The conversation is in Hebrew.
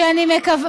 שאני מקווה,